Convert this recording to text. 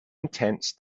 intense